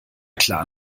klar